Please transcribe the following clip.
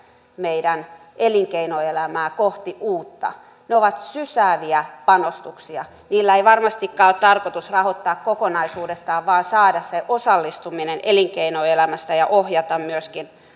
meidän elinkeinoelämämme kohti uutta ne ovat sysääviä panostuksia niillä ei varmastikaan ole tarkoitus rahoittaa kokonaisuudessaan vaan saada se osallistuminen elinkeinoelämästä ja myöskin ohjata sitä